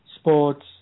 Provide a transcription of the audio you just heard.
sports